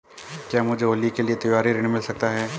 क्या मुझे होली के लिए त्यौहारी ऋण मिल सकता है?